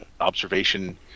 observation